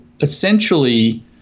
essentially